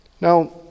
now